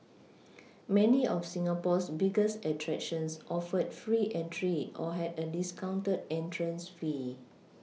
many of Singapore's biggest attractions offered free entry or had a discounted entrance fee